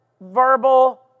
verbal